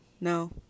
No